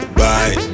bye